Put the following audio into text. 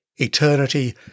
Eternity